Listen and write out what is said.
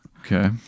okay